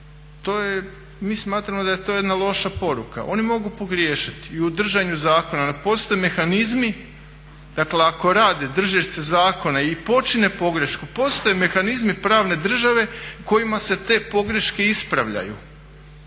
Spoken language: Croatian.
mi smatramo da je to jedna loša poruka. Oni mogu pogriješiti i u držanju zakona postoje mehanizmi, dakle ako rade držeći se zakona i počine pogrešku, postoje mehanizmi pravne države kojima se te pogreške ispravljaju.